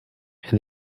and